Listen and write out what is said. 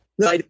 No